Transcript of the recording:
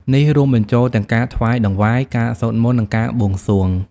នេះរួមបញ្ចូលទាំងការថ្វាយតង្វាយ ការសូត្រមន្ត និងការបួងសួង។